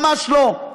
ממש לא.